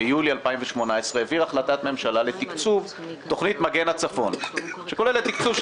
ביולי 2018 העביר החלטת ממשלה לתקצוב תוכנית מגן הצפון שכולל תקצוב של